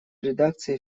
редакции